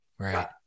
Right